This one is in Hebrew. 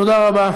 תודה רבה,